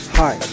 hi